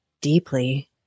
deeply